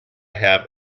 have